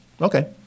okay